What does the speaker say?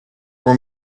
for